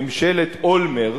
ההצבעה בממשלת אולמרט